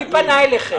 מי פנה אליכם?